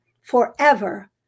forever